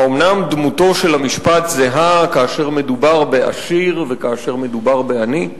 האומנם דמותו של המשפט זהה כאשר מדובר בעשיר וכאשר מדובר בעני?